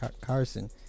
Carson